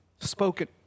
spoken